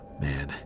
man